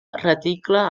reticle